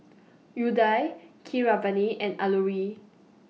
Udai Keeravani and Alluri